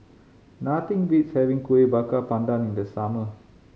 nothing beats having Kueh Bakar Pandan in the summer